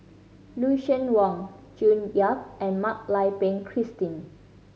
Lucien Wang June Yap and Mak Lai Peng Christine